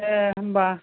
दे होनबा